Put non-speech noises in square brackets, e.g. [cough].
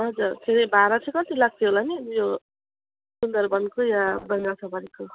हजुर फेरि भाडा चाहिँ कति लाग्थ्यो होला नि उयो सुन्दरबनको यहाँ उयो [unintelligible] बनको